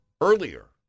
earlier